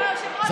אני רוצה לענות.